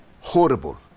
Horrible